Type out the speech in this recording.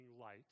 light